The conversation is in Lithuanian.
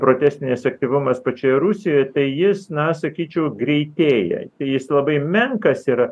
protestinis aktyvumas pačioje rusijoje tai jis na sakyčiau greitėja jis labai menkas yra